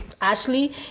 Ashley